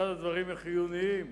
אחד הדברים החיוניים,